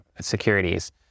securities